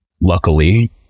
Luckily